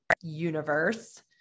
universe